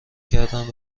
کردن